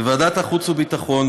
בוועדת החוץ והביטחון,